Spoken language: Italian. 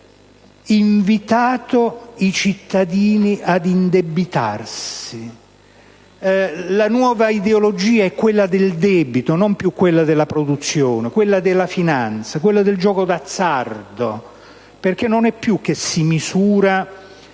invitato i cittadini ad indebitarsi. La nuova ideologia è quella del debito: non più quella della produzione, ma quella della finanza e del gioco d'azzardo. Non esistono più i valori